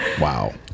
Wow